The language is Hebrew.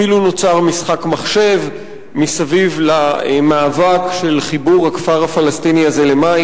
אפילו נוצר משחק מחשב מסביב למאבק של חיבור הכפר הפלסטיני הזה למים.